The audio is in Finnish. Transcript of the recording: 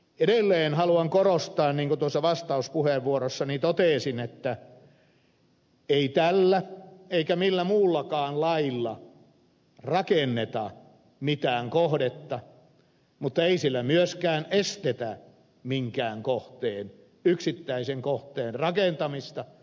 edelleen haluan korostaa niin kuin tuossa vastauspuheenvuorossani totesin että ei tällä eikä millään muullakaan lailla rakenneta mitään kohdetta mutta ei sillä myöskään estetä minkään kohteen yksittäisen kohteen rakentamista